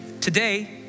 Today